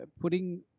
putting